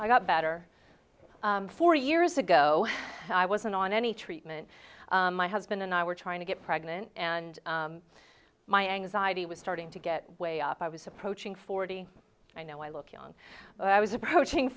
i got better four years ago i wasn't on any treatment my husband and i were trying to get pregnant and my anxiety was starting to get way up i was approaching forty i know i look young i was approaching